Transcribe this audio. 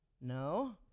No